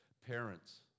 Parents